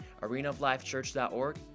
arenaoflifechurch.org